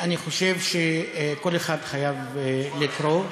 אני חושב שכל אחד חייב לקרוא.